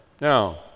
Now